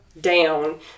down